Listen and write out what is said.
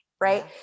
right